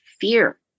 fear